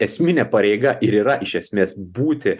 esminė pareiga ir yra iš esmės būti